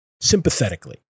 sympathetically